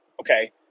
Okay